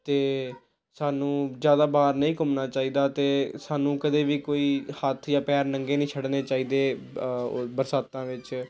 ਅਤੇ ਸਾਨੂੰ ਜ਼ਿਆਦਾ ਬਾਹਰ ਨਹੀਂ ਘੁੰਮਣਾ ਚਾਹੀਦਾ ਅਤੇ ਸਾਨੂੰ ਕਦੇ ਵੀ ਕੋਈ ਹੱਥ ਜਾਂ ਪੈਰ ਨੰਗੇ ਨਹੀਂ ਛੱਡਣੇ ਚਾਹੀਦੇ ਬਰਸਾਤਾਂ ਵਿੱਚ